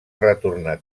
retornar